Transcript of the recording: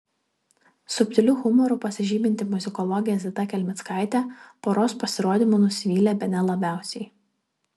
subtiliu humoru pasižyminti muzikologė zita kelmickaitė poros pasirodymu nusivylė bene labiausiai